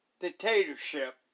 dictatorship